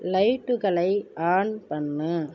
லைட்டுகளை ஆன் பண்ணு